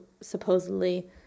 supposedly